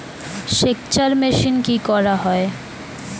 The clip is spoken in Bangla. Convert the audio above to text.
সেকচার মেশিন কি করা হয়?